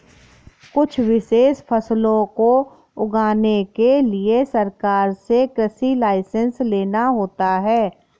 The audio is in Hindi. कुछ विशेष फसलों को उगाने के लिए सरकार से कृषि लाइसेंस लेना होता है